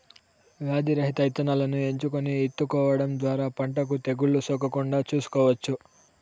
వ్యాధి రహిత ఇత్తనాలను ఎంచుకొని ఇత్తుకోవడం ద్వారా పంటకు తెగులు సోకకుండా చూసుకోవచ్చు